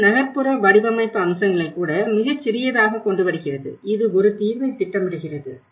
இது நகர்ப்புற வடிவமைப்பு அம்சங்களை கூட மிகச் சிறியதாகக் கொண்டுவருகிறது இது ஒரு தீர்வைத் திட்டமிடுகிறது